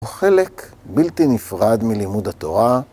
הוא חלק בלתי נפרד מלימוד התורה.